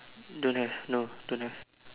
don't have no don't have